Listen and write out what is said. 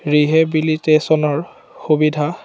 ৰিহেবিলিটেশ্যনৰ সুবিধা